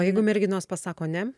o jeigu merginos pasako ne